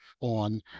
on